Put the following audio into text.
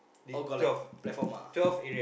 or got like platform ah